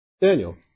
Daniel